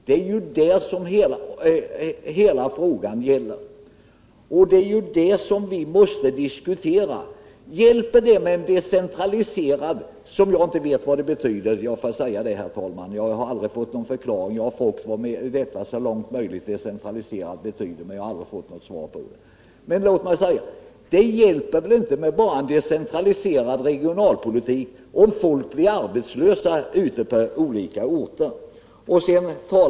Det är ju det frågan gäller och det är den som vi måste diskutera. Hjälper det med att decentralisera? Jag måste erkänna att jag aldrig fått veta, trots att jag frågat många gånger, vilken innebörd man lägger i det ordet. Det hjälper väl inte bara med en decentraliserad regionalpolitik om folk blir arbetslösa på olika orter.